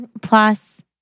Plus